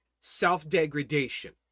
self-degradation